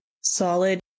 solid